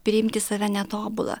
priimti save netobulą